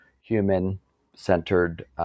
human-centered